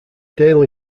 daily